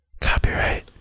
Copyright